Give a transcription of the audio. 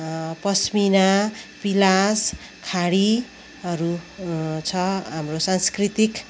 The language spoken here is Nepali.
पस्मिना पिलास खाडीहरू छ हाम्रो सांस्कृतिक